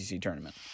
tournament